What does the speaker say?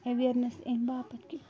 awareness امہِ باپت کہِ